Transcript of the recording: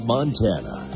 Montana